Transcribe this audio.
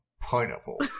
pineapple